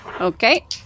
okay